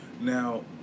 Now